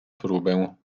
próbę